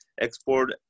export